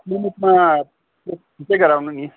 क्लिनिकमा छिटै गरेर आउनु नि